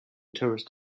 tourist